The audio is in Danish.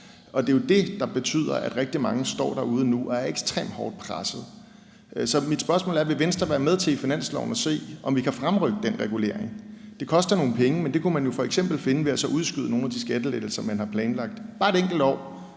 år. Det er jo det, der betyder, at rigtig mange står derude nu og er ekstremt hårdt pressede. Så mit spørgsmål er: Vil Venstre være med til i finansloven at se, om vi kan fremrykke den regulering? Det koster nogle penge, men det kunne man jo f.eks. finde ved så at udskyde nogle af de skattelettelser, man har planlagt, bare et enkelt år.